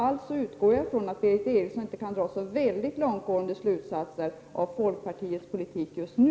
Således utgår jag ifrån att Berith Eriksson inte kan dra så långtgående slutsatser av folkpartiets politik just nu.